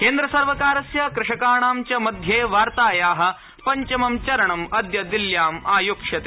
केन्द्रसर्वकारस्य कृषकाणां च मध्ये वार्तायाः पञ्चमं चरणं अद्य दिल्ल्याम् आयोक्ष्यते